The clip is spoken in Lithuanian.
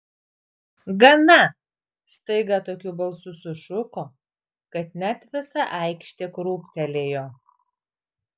gana staiga tokiu balsu sušuko kad net visa aikštė krūptelėjo